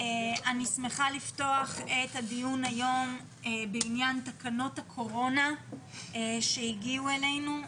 אני שמחה לפתוח את הדיון היום בעניין תקנות הקורונה שהגיעו אלינו.